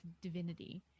divinity